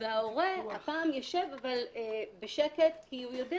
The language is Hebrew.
וההורה הפעם ישב אבל בשקט כי הוא יודע